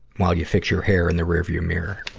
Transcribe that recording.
while you fix your hair in the rear view mirror.